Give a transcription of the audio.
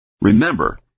Remember